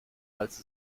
als